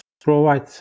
provide